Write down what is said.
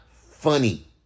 funny